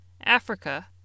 Africa